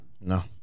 No